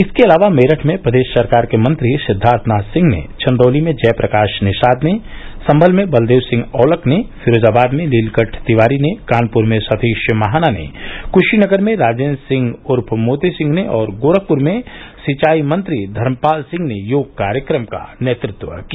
इसके अलावा मेरठ में प्रदेश सरकार के मंत्री सिद्वार्थनाथ सिंह ने चन्दौली में जय प्रकाश निषाद ने सम्मल में बलदेव सिंह औलक ने फिरोजाबाद में नीलकण्ठ तिवारी ने कानपुर में सतीश महाना ने क्शीनगर में राजेन्द्र सिंह उर्फ मोती सिंह ने और गोरखपुर में सिंचाई मंत्री धर्मपाल सिंह ने योग कार्यक्रम का नेतृत्व किया